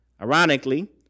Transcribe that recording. Ironically